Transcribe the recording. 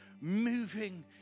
moving